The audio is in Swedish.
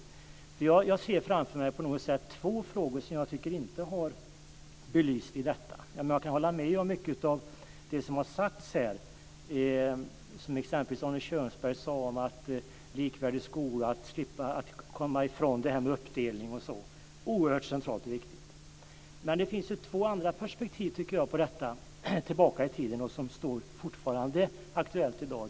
Jag ser på något sätt framför mig två frågor som jag inte tycker har belysts. Jag kan hålla med om mycket av det som har sagts här, t.ex. det som Arne Kjörnsberg sade om en likvärdig skola och om att komma ifrån en uppdelning. Det är oerhört centralt och viktigt. Men jag tycker att det finns två andra perspektiv på detta, om man ser tillbaka i tiden, som fortfarande är aktuella i dag.